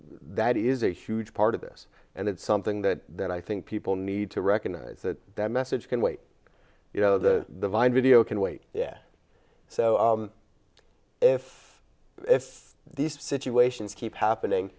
that is a huge part of this and it's something that i think people need to recognize that that message can wait you know the vine video can wait yet so if if these situations keep happening